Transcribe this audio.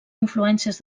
influències